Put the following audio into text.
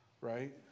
right